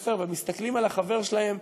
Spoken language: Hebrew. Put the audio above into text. ולבית-הספר ומסתכלים על החבר שלהם,